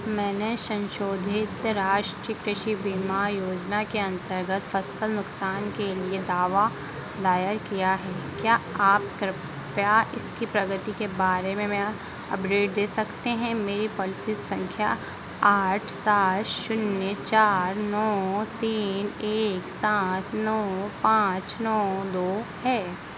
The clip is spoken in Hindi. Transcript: मैंने सन्शोधित राष्ट्रीय कृषि बीमा योजना के अन्तर्गत फ़सल नुकसान के लिए दावा दायर किया है क्या आप कृपया इसकी प्रगति के बारे में अपडेट दे सकते हैं मेरी पॉलिसी सँख्या आठ सात शून्य चार नौ तीन एक सात नौ पाँच नौ दो है